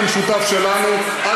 במקום להגיד: כן,